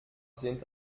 sind